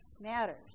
matters